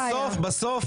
בסדר גמור.